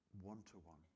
one-to-one